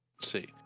see